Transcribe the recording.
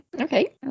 Okay